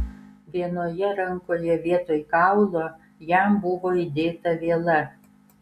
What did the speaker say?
vienoje rankoje vietoj kaulo jam buvo įdėta viela